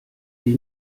die